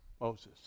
Moses